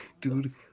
Dude